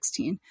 2016